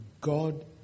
God